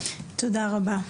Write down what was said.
תודה רבה.